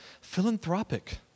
philanthropic